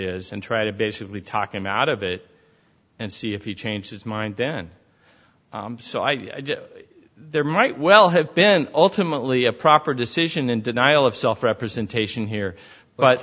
is and try to basically talk him out of it and see if he changed his mind then so i there might well have been ultimately a proper decision and denial of self representation here but